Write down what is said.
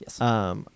Yes